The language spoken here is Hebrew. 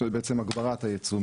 בעצם הגברת הייצוא,